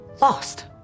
lost